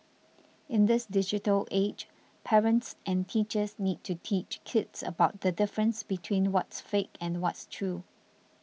in this digital age parents and teachers need to teach kids about the difference between what's fake and what's true